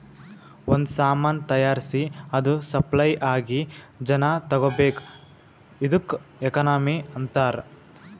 ಒಂದ್ ಸಾಮಾನ್ ತೈಯಾರ್ಸಿ ಅದು ಸಪ್ಲೈ ಆಗಿ ಜನಾ ತಗೋಬೇಕ್ ಇದ್ದುಕ್ ಎಕನಾಮಿ ಅಂತಾರ್